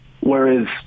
Whereas